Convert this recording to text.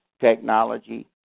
technology